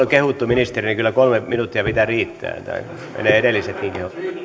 kehuttu ministeriä niin kyllä kolme minuuttia pitää riittää ettei mene edellisetkin